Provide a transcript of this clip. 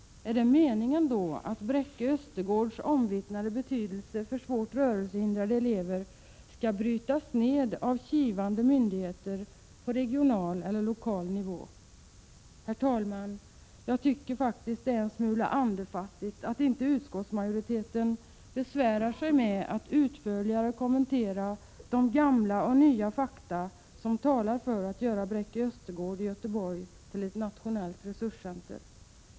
Är det då meningen att Bräcke Östergårds omvittnade betydelse för svårt rörelsehindrade elever skall brytas ned av kivande myndigheter på regional eller lokal nivå? Herr talman! Jag tycker faktiskt att det är en smula andefattigt att inte utskottsmajoriteten besvärar sig med att utförligare kommentera de gamla och nya fakta som talar för att göra Bräcke Östergård i Göteborg till ett nationellt resurscenter.